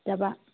তাৰ পৰা